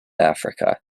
africa